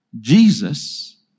Jesus